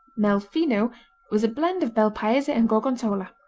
mel fino was a blend of bel paese and gorgonzola.